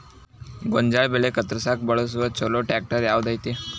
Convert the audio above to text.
ಗೋಂಜಾಳ ಬೆಳೆ ಕತ್ರಸಾಕ್ ಬಳಸುವ ಛಲೋ ಟ್ರ್ಯಾಕ್ಟರ್ ಯಾವ್ದ್ ಐತಿ?